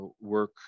work